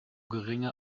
geringe